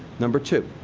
number two.